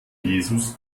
jesus